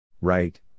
Right